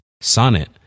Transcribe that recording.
Sonnet